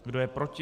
Kdo je proti?